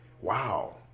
wow